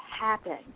happen